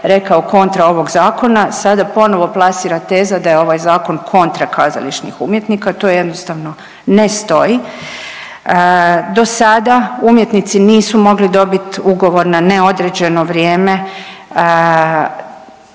rekao kontra ovog Zakona, sada ponovo plasira teza da je ovaj Zakon kontra kazališnih umjetnika, to jednostavno ne stoji. Do sada, umjetnici nisu mogli dobit ugovor na neodređeno vrijeme